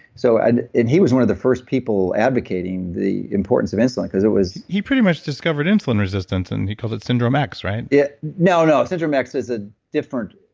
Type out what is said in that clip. so and and he was one of the first people advocating the importance of insulin because it was he pretty much discovered insulin resistance and he called it syndrome x, right? no, no. syndrome x is a different